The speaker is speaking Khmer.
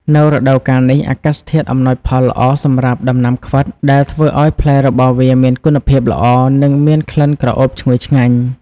នៅរដូវកាលនេះ អាកាសធាតុអំណោយផលល្អសម្រាប់ដំណាំខ្វិត ដែលធ្វើឲ្យផ្លែរបស់វាមានគុណភាពល្អ និងមានក្លិនក្រអូបឈ្ងុយឆ្ងាញ់។